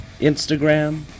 Instagram